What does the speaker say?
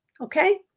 okay